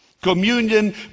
Communion